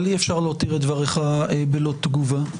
אי אפשר להותיר את דבריך ללא תגובה.